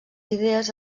idees